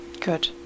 Good